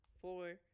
four